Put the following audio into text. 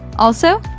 also,